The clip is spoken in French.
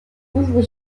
ouvre